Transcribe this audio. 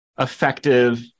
effective